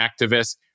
activists